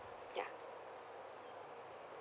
ya